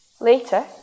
Later